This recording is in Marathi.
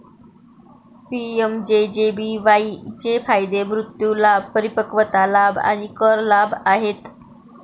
पी.एम.जे.जे.बी.वाई चे फायदे मृत्यू लाभ, परिपक्वता लाभ आणि कर लाभ आहेत